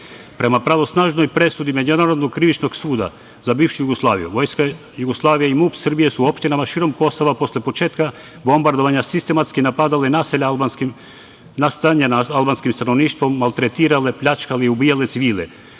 mesta. Prema pravosnažnoj presudi Međunarodnog krivičnog suda za bivšu Jugoslaviju, Vojska Jugoslavije i MUP Srbije su u opštinama širom Kosova posle početka bombardovanja sistematski napadali naselja nastanjena albanskim stanovništvom, maltretirale, pljačkale i ubijale civile,